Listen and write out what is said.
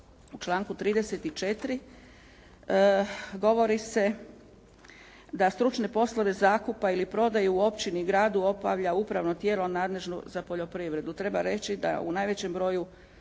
U članku 34. govori se da stručne poslove zakupa ili prodaje u općini i gradu obavlja upravno tijelo nadležno za poljoprivredu. Treba reći da u najvećem broju